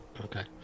Okay